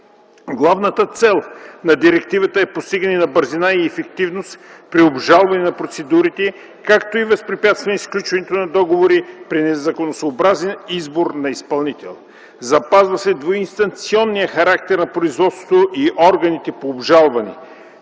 Главната цел на директивата е постигане на бързина и ефективност при обжалване на процедурите, както и възпрепятстване сключването на договори при незаконосъобразен избор на изпълнител. Запазва се двуинстанционният характер на производството и органите по обжалване